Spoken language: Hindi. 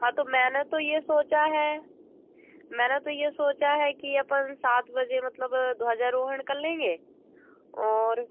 हाँ तो मैंने तो ये सोचा है मैंने तो ये सोचा है कि अपन सात बजे मतलब ध्वजा रोहड़ कर लेंगे और